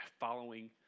following